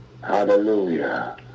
Hallelujah